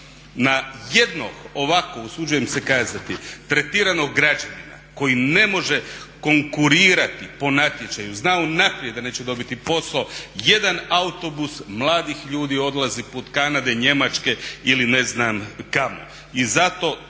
Na jedno ovako, usuđujem se kazati, tretiranog građanina koji ne može konkurirati po natječaju, zna unaprijed da neće dobiti posao, jedan autobus mladih ljudi odlazi put Kanade, Njemačke ili ne znam kamo.